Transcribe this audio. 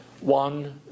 one